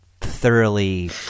thoroughly